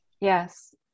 Yes